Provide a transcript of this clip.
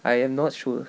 I am not sure